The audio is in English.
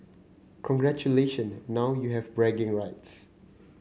congratulation now you have bragging rights